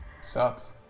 Sucks